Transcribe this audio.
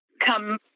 come